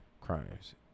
crimes